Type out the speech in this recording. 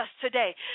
today